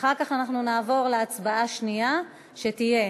ואחר כך אנחנו נעבור להצבעה השנייה שתהיה